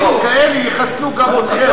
יחסלו גם אתכם.